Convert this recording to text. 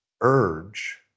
urge